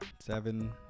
seven